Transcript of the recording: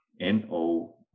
NO